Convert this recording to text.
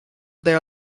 their